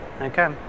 Okay